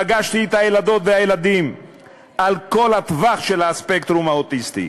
פגשתי את הילדות והילדים על כל הטווח של הספקטרום האוטיסטי,